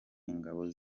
ingabo